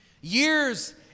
Years